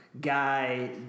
guy